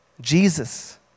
Jesus